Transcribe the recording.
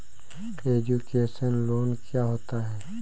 Education loan क्या होता है?